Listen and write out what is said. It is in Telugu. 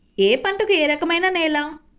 ఏ పంటకు ఏ రకమైన నేల?